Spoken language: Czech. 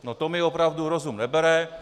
No to mi opravdu rozum nebere.